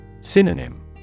Synonym